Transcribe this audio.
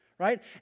Right